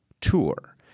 tour